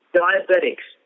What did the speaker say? diabetics